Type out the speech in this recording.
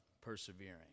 persevering